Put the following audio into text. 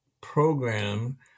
program